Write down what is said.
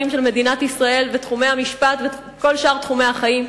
של מדינת ישראל ותחומי המשפט וכל שאר תחומי חיים,